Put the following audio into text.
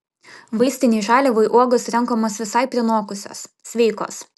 vaistinei žaliavai uogos renkamos visai prinokusios sveikos